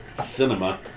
cinema